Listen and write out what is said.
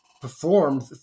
performed